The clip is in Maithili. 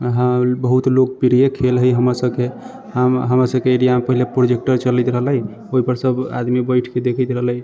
हँ बहुत लोकप्रिय खेल हइ हमरसभके हम हमरसभके एरियामे पहिले प्रोजेक्टर चलैत रहलै ओहिपर सभआदमी बैठिके देखैत रहलै